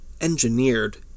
Engineered